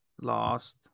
lost